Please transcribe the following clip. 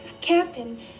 Captain